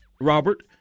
Robert